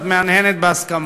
שאת מהנהנת בהסכמה.